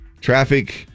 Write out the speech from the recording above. traffic